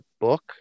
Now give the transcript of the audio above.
book